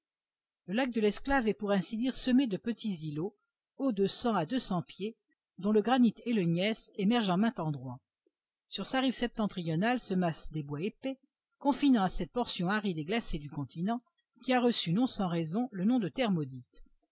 le lac de l'esclave est pour ainsi dire semé de petits îlots hauts de cent à deux cents pieds dont le granit et le gneiss émergent en maint endroit sur sa rive septentrionale se massent des bois épais confinant à cette portion aride et glacée du continent qui a reçu non sans raison le nom de